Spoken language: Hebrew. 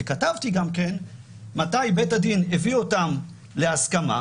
וכתבתי גם מתי בית הדין הביא אותם להסכמה.